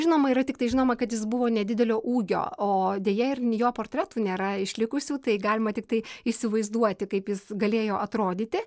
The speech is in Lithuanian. žinoma yra tiktai žinoma kad jis buvo nedidelio ūgio o deja ir jo portretų nėra išlikusių tai galima tiktai įsivaizduoti kaip jis galėjo atrodyti